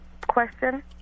question